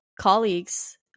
colleagues